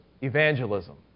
evangelism